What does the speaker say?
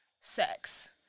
Sex